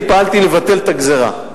אני באתי לבטל את הגזירה.